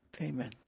Amen